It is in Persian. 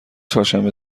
چهارشنبه